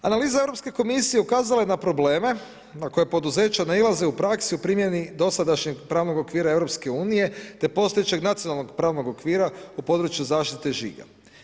Analiza Europske komisije ukazala je na probleme na koje poduzeća nailaze u praksi u primjeni dosadašnjeg pravnog okvira Europske unije te postojećeg nacionalnog pravnog okvira u području zaštite žiga.